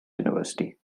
university